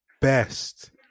best